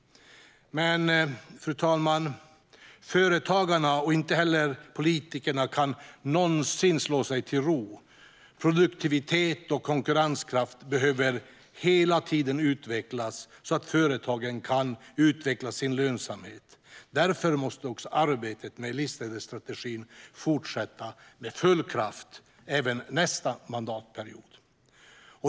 Men, fru talman, varken företagarna eller politikerna kan någonsin slå sig till ro. Produktiviteten och konkurrenskraften behöver hela tiden utvecklas, så att företagen kan utveckla sin lönsamhet. Därför måste också arbetet med livsmedelsstrategin fortsätta med full kraft även nästa mandatperiod.